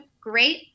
great